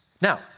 Now